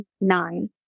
nine